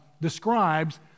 describes